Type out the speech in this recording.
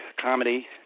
comedy